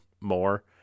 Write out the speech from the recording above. more